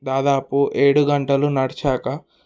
దాదాపు ఏడు గంటలు నడిచాక